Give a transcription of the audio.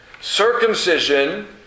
Circumcision